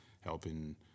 helping